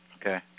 Okay